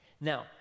Now